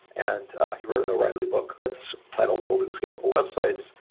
and he wrote an o'reilly book that's titled building scalable websites.